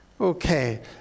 Okay